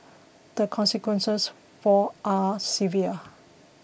the consequences for are severe